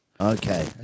Okay